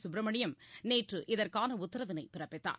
சுப்பிரமணியம் நேற்று இதற்கான உத்தரவினை பிறப்பித்தார்